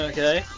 Okay